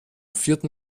vierten